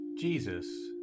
Jesus